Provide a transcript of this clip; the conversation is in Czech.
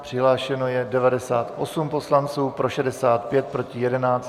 Přihlášeno je 98 poslanců, pro 65, proti 11.